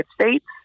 States